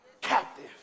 captive